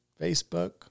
Facebook